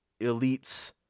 elites